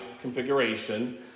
configuration